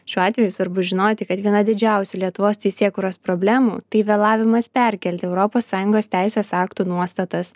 šiuo atveju svarbu žinoti kad viena didžiausių lietuvos teisėkūros problemų tai vėlavimas perkelti europos sąjungos teisės aktų nuostatas